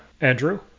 andrew